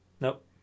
Nope